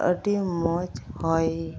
ᱟᱹᱰᱤ ᱢᱚᱡᱽ ᱦᱚᱭ